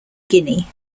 guinea